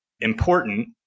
important